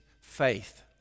faith